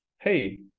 hey